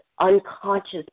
unconscious